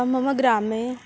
मम ग्रामे